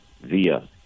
via